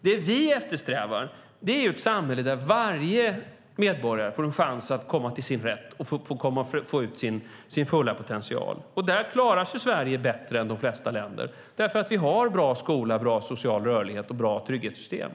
Det vi eftersträvar är ett samhälle där varje medborgare får en chans att komma till sin rätt och få ut sin fulla potential. Där klarar sig Sverige bättre än de flesta länder, eftersom vi har en bra skola, bra social rörlighet och bra trygghetssystem.